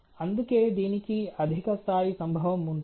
అందుకే దీనికి అధిక స్థాయి సంభవం ఉంటుంది